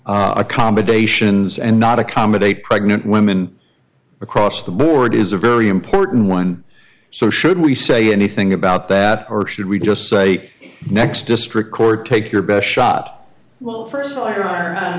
any accommodations and not accommodate pregnant women across the board is a very important one so should we say anything about that or should we just say next district court take your best shot well